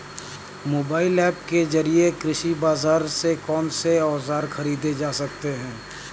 Mobile app के जरिए कृषि बाजार से कौन से औजार ख़रीदे जा सकते हैं?